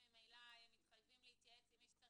ממילא מתחייבים להתייעץ עם מי שצריך,